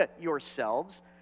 yourselves